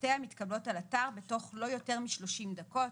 שתוצאותיה מתקבלות על אתר בתוך לא יותר מ-30 דקות,